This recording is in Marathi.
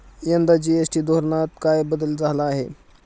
यंदा जी.एस.टी धोरणात काय बदल झाला आहे?